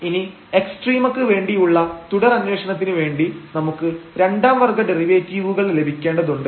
ഇനി എക്സ്ട്രീമക്ക് വേണ്ടിയുള്ള തുടർ അന്വേഷണത്തിന് വേണ്ടി നമുക്ക് രണ്ടാം വർഗ്ഗ ഡെറിവേറ്റീവുകൾ ലഭിക്കേണ്ടതുണ്ട്